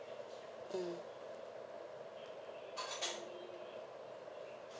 mm